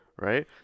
right